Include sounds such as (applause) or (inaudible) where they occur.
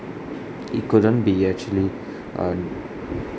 it couldn't be actually (breath)